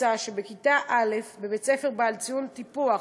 מוצע שבכיתה א' בבית-ספר בעל ציון טיפוח